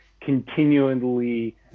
continually –